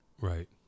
Right